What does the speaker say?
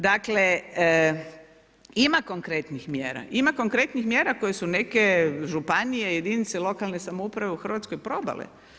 Dakle ima konkretnih mjera, ima konkretnih mjera koje su neke županije koje su lokalne samouprave u Hrvatskoj probale.